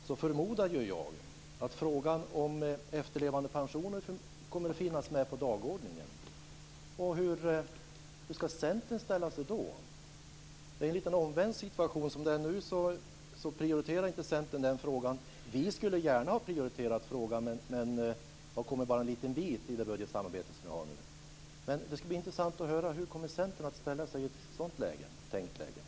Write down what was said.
Då förmodar jag att frågan om efterlevandepensionen kommer att finnas med på dagordningen. Hur ska Centern ställa sig då? Det är en lite omvänd situation. Som det är nu prioriterar inte Centern den frågan. Vi skulle gärna ha prioriterat frågan, men vi har bara kommit en liten bit i det budgetsamarbete som vi nu har. Det skulle vara intressant att höra hur Centern skulle ställa sig i ett sådant tänkt läge.